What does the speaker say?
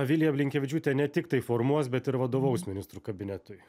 vilija blinkevičiūtė ne tiktai formuos bet ir vadovaus ministrų kabinetui